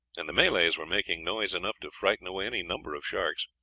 and the malays were making noise enough to frighten away any number of sharks.